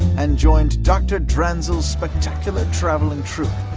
and joined dr. dranzel's spectacular traveling troupe,